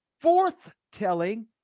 forth-telling